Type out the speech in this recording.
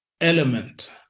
element